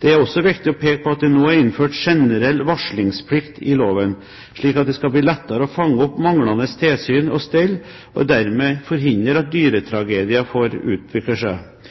Det er også viktig å peke på at det nå er innført en generell varslingsplikt i loven, slik at det skal bli lettere å fange opp manglende tilsyn og stell, og dermed forhindre at dyretragedier får utvikle seg.